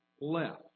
left